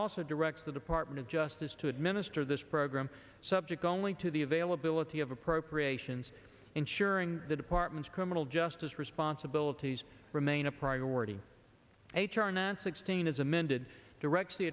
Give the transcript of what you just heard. also directs the department of justice to administer this program subject only to the availability of appropriations ensuring the department's criminal justice responsibilities remain a priority h r nat's exchanges amended directs the